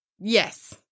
Yes